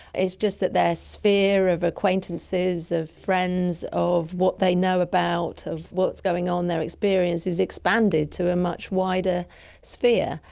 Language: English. it's just that their sphere of acquaintances, of friends, of what they know about, of what's going on, their experience has expanded to a much wider sphere.